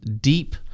deep